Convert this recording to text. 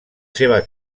seva